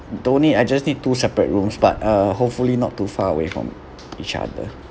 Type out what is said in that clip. don't need I just need two separate rooms but uh hopefully not too far away from each other